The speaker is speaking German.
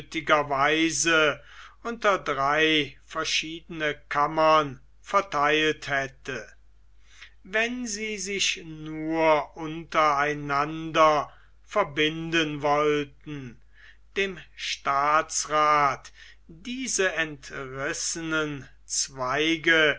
weise unter drei verschiedene kammern vertheilt hätte wenn sie sich nur unter einander verbinden wollten dem staatsrath diese entrissenen zweige